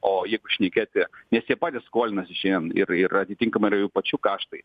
o jeigu šnekėti nes jie patys skolinasi šiandien ir ir atitinkamai ir jų pačių kaštai